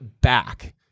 back